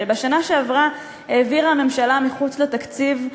הרי בשנה שעברה העבירה הממשלה מחוץ לתקציב,